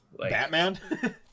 Batman